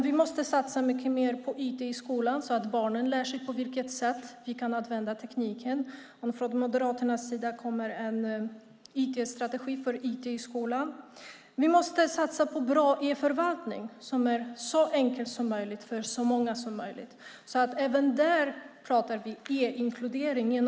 Vi måste satsa mycket mer på IT i skolan, så att barnen lär sig på vilket sätt de kan använda tekniken. Från Moderaternas sida kommer en IT-strategi för IT i skolan. Vi måste satsa på bra e-förvaltning som är så enkel som möjligt för så många som möjligt. Även där pratar vi e-inkludering.